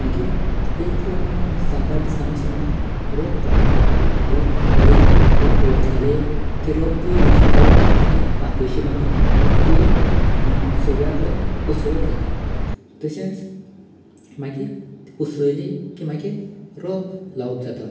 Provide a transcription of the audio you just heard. मागीर एक सात आठ दिसांनी सुमार रोंप काडप रोंप काडलें रोंप व्हड जालें की रोंप तें वेचून काडप आनी एक फातीं अशीं बादूंन ती सगळ्यां कडेन पसरवप जाता तशेंच मागीर पसरयली की मागरी रोंप लावप जाता